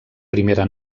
primera